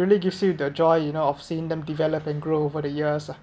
really gives you the joy you know of seeing them develop and grow over the years ah